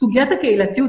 סוגיית הקהילתיות,